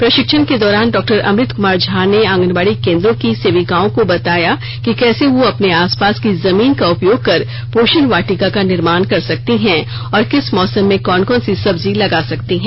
प्रशिक्षण के दौरान डाक्टर अमृत कुमार झा ने आंगनबाड़ी केंद्रों की सेविकाओं को बताया कि कैसे वह अपने आस पास की जमीन का उपयोग कर पोषण वाटिका का निर्माण कर सकती हैं और किस मौसम में कौन कौन सी सब्ज़ी लगा सकती है